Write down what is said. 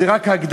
וזו רק הקדמה.